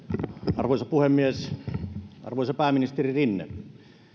arvoisa puhemies arvoisa pääministeri rinne